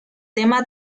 tema